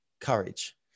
courage